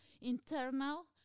internal